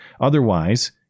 Otherwise